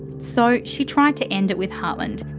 so she tried to end it with hartland.